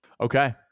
Okay